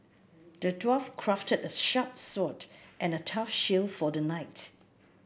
the dwarf crafted a sharp sword and a tough shield for the knight